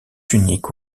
uniques